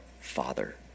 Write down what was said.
Father